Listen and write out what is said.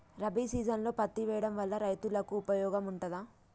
రబీ సీజన్లో పత్తి వేయడం వల్ల రైతులకు ఉపయోగం ఉంటదా?